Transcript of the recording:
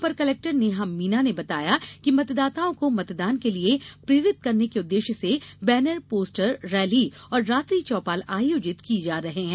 अपर collector Neha Meena ने बताया कि मतदाताओं को मतदान के लिए प्रेरित करने के उद्देश्य से बैनर पोस्टर रैली और रात्रि चौपाल आयोजित किये जा रहे हैं